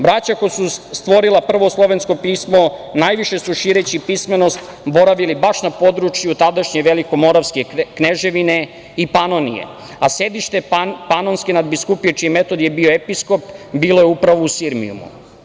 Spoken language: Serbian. Braća koja su stvorila prvo slovensko pismo najviše su, šireći pismenost, boravili baš na području tadašnje Velikomoravske kneževine i Panonije, a sedište Panonske nadbiskupije, čiji je Metodije bio episkop, bilo je upravo u Sirmijumu.